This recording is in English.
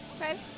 Okay